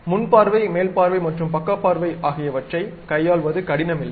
முன் பார்வை மேல் பார்வை மற்றும் பக்கப் பார்வை ஆகியவற்றைக் கையாள்வது கடினமில்லை